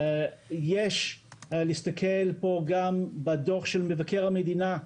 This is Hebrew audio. יש להסתכל פה גם בדוח של מבקר המדינה,